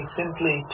simply